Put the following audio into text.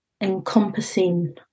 encompassing